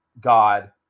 God